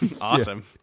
Awesome